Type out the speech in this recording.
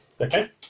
Okay